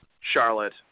Charlotte